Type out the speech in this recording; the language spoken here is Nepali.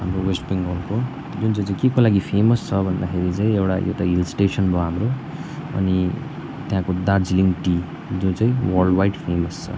हाम्रो वेस्ट बेङ्गलको जुन चाहिँ चाहिँ केको लागि फेमस छ भन्दाखेरि चाहिँ एउटा यो त हिलस्टेसन भयो हाम्रो अनि त्यहाँको दार्जिलिङ टी जुन चाहिँ वर्ल्डवाइड फेमस छ